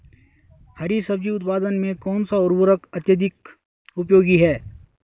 हरी सब्जी उत्पादन में कौन सा उर्वरक अत्यधिक उपयोगी है?